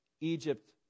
Egypt